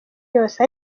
yose